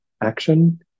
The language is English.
action